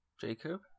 Jacob